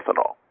ethanol